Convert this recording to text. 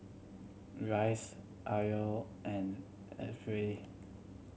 Rice Arlo and